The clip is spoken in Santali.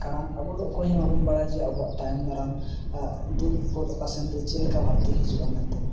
ᱠᱟᱨᱚᱱ ᱟᱵᱚᱫᱚ ᱚᱠᱚᱭᱦᱚᱸ ᱵᱟᱵᱚᱱ ᱵᱟᱲᱟᱭᱟ ᱡᱮ ᱟᱵᱚᱣᱟᱜ ᱛᱟᱭᱚᱢ ᱫᱟᱨᱟᱢ ᱫᱩᱠ ᱵᱤᱯᱚᱫᱽ ᱚᱠᱟ ᱥᱮᱱᱛᱮ ᱪᱮᱫ ᱞᱮᱠᱟ ᱵᱷᱟᱵᱛᱮ ᱦᱤᱡᱩᱜᱼᱟ ᱢᱮᱱᱛᱮ ᱫᱚ